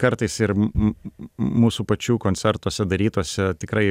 kartais ir mūsų pačių koncertuose darytose tikrai